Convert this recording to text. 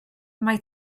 mae